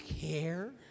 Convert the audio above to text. care